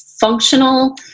functional